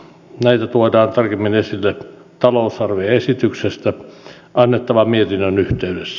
näitä tuodaan tarkemmin esille talousarvioesityksestä annettavan mietinnön yhteydessä